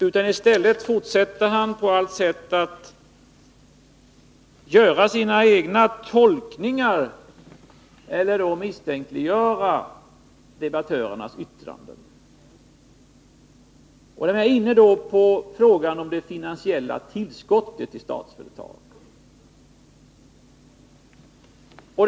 I stället fortsätter han att göra sina egna tolkningar eller misstänkliggöra debattörernas yttranden. Jag är därmed inne på frågan om det finansiella tillskottet i Statsföretag.